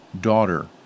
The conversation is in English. daughter